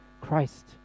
Christ